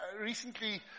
recently